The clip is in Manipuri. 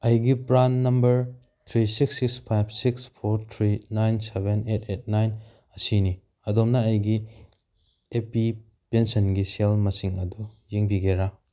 ꯑꯩꯒꯤ PRAN number three six six five six four three nine seven eight eight nine ꯑꯁꯤꯅꯤ ꯑꯗꯣꯝꯅ ꯑꯩꯒꯤ ꯑꯦ ꯄꯤ ꯄꯦꯟꯁꯟꯒꯤ ꯁꯦꯜ ꯃꯁꯤꯡ ꯑꯗꯨ ꯌꯦꯡꯕꯤꯒꯦꯔꯥ